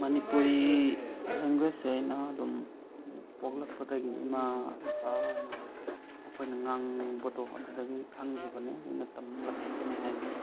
ꯃꯅꯤꯄꯨꯔꯤ ꯂꯦꯡꯒ꯭ꯋꯦꯖꯁꯦ ꯑꯩꯅ ꯑꯗꯨꯝ ꯄꯣꯛꯂꯛꯄꯗꯒꯤ ꯏꯃꯥ ꯏꯄꯥꯅ ꯃꯈꯣꯏꯅ ꯉꯥꯡꯕꯗꯣ ꯑꯗꯨꯗꯒꯤ ꯈꯪꯒꯤꯕꯅꯦ ꯑꯩꯅ ꯇꯝꯂꯛꯈꯤꯕꯅꯦ ꯍꯥꯏꯕ ꯇꯥꯔꯦ